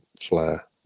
flare